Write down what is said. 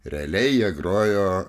realiai jie grojo